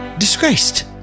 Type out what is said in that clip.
disgraced